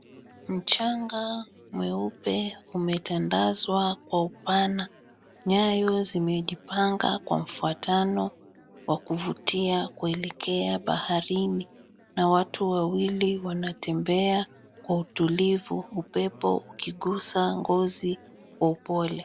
Mchanga mweupe umetandazwa kwa upana. Nyayo zimejipanga kwa mfuatano wa kuvutia kuelekea baharini. Na watu wawili wanatembea kwa utulivu upepo ukigusa ngozi kwa upole.